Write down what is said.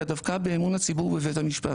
אלא דווקא באמון הציבור בבית המשפט,